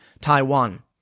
Taiwan